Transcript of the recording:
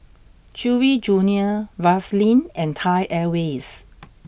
Chewy junior Vaseline and Thai Airways